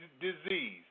disease